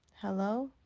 Hello